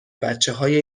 بچههای